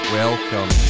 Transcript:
welcome